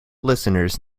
listeners